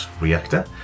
reactor